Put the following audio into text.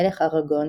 מלך אראגון,